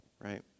right